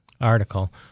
article